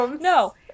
No